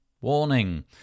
warning